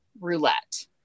Roulette